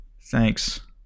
Thanks